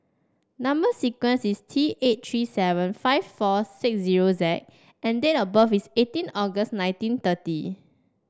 number sequence is T eight three seven five four six zero Z and date of birth is eighteen August nineteen thirty